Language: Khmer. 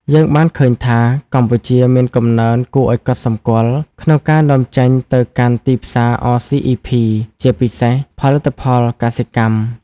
យើងបានឃើញថា កម្ពុជាមានកំណើនគួរឱ្យកត់សម្គាល់ក្នុងការនាំចេញទៅកាន់ទីផ្សារ អ សុី អុី ភី(RCEP) ជាពិសេសផលិតផលកសិកម្ម។